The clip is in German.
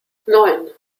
neun